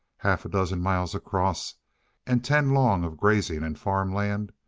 half a dozen miles across and ten long of grazing and farm land,